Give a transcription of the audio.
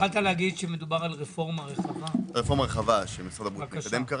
זו רפורמה רחבה שמשרד הבריאות מקדם.